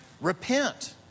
repent